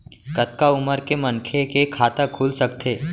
कतका उमर के मनखे के खाता खुल सकथे?